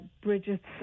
Bridget's